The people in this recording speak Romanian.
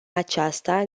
aceasta